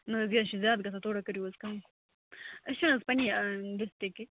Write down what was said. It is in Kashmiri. نہَ حظ یہِ حظ چھُ زیادٕ گَژھان تھوڑا کٔرِو حظ کَم أسۍ چھِنہٕ حظ پنٕنی ڈِسٹرکٕکۍ